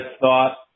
thought